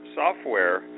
software